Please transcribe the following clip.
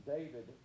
David